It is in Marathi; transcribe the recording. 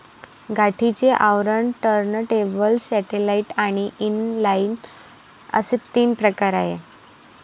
गाठीचे आवरण, टर्नटेबल, सॅटेलाइट आणि इनलाइन असे तीन प्रकार आहे